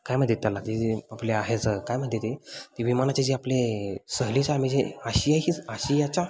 काय म्हणतात त्याला ती जी आपल्या ह्याचं काय म्हणते ती ती विमानाचे जे आपले सहलीचा म्हणजे आशिया हीच आशियाच्या